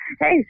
Hey